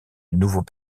nouveaux